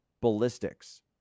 ballistics